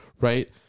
right